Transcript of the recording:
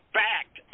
fact